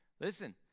Listen